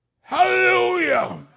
Hallelujah